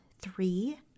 three